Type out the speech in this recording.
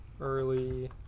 Early